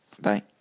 bye